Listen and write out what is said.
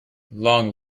long